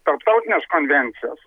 tarptautines konvencijas